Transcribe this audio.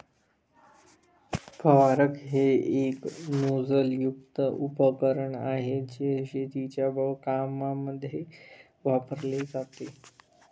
फवारक हे एक नोझल युक्त उपकरण आहे, जे शेतीच्या कामांमध्ये वापरले जाते